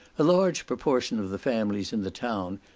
a large proportion of the families in the town,